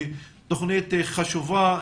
היא תוכנית חשובה,